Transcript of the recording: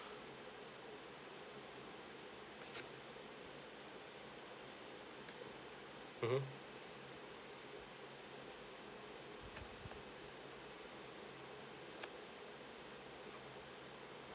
mmhmm